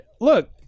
look